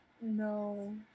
No